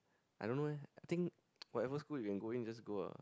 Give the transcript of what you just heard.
I don't know eh I think whatever school you can go in just go ah